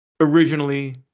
originally